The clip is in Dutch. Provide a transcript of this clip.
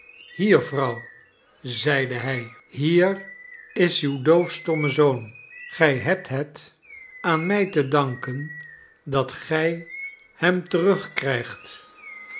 hier vrouw zeide hij hier is uw doof i vlvcht door het verzengde land stomme zoon gij hebt het aan mij te danken dat gij hem terug krijgt